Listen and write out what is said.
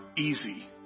easy